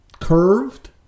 Curved